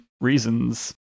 reasons